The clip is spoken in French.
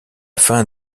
fin